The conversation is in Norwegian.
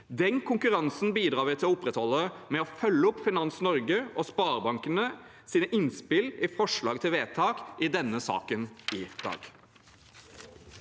Den konkurransen bidrar vi til å opprettholde ved å følge opp Finans Norges og sparebankenes innspill i forslag til vedtak i denne saken.